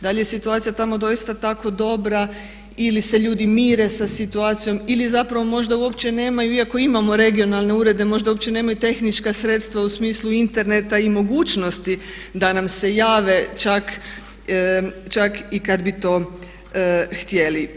Da li je situacija tamo doista tako dobra ili se ljudi mire sa situacijom ili zapravo možda uopće nemaju iako imamo regionalne urede možda uopće nemaju tehnička sredstva u smislu interneta i mogućnosti da nam se jave čak i kad bi to htjeli.